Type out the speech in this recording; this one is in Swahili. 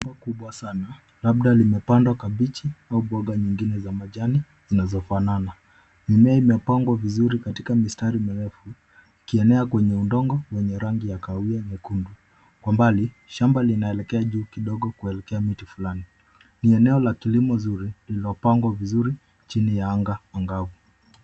Shamba kubwa sana, labda limepanda kabeji au mboga nyingine za majani zinazofanana. Mimea imepangwa vizuri katika mistari mirefu ikienea kwenye udongo wenye rangi ya kahawia na nyekundu. Kwa mbali, shamba linaelekea juu kidogo kuelekea miti fulani. Ni eneo la kilimo nzuri lililopangwa vizuri chini ya anga angavu.